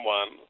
one